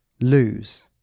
lose